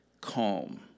calm